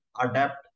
adapt